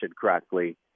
correctly